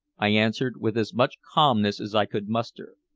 i answered with as much calmness as i could muster.